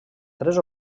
tres